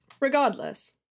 Regardless